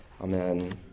amen